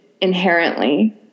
inherently